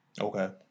Okay